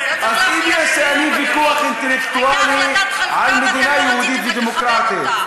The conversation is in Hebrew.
אז אם יש לנו ויכוח אינטלקטואלי על מדינה יהודית ודמוקרטית,